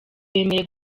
bemeye